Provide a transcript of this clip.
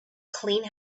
clean